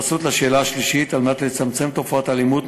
3. כדי לצמצם תופעות של אלימות,